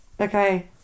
Okay